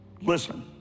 Listen